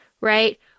right